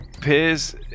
Piers